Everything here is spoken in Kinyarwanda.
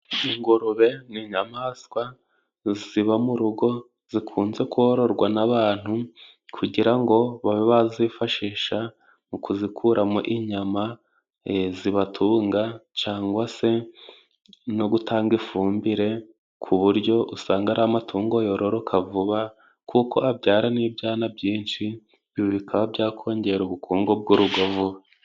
Ingurube ni inyamaswa ziba mu rugo zikunze kororwa n'abantu kugira ngo babe bazifashisha mu kuzikuramo inyama zibatunga, cangwa se no gutanga ifumbire ku buryo usanga ari amatungo yororoka vuba, kuko abyara n'ibyana byinshi, bikaba byakongera ubukungu bw'urugo vuba.